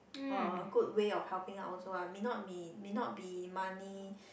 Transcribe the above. uh good way of helping out also ah may not mean may not be money